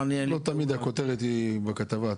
(ב)חוק זה יחול בהדרגה לגבי הפרות תעבורה,